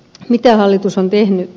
mitä hallitus on tehnyt